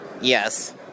Yes